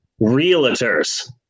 realtors